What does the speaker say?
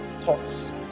thoughts